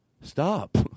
Stop